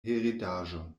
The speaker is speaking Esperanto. heredaĵon